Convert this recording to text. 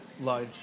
lodge